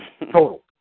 total